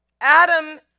Adam